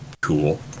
cool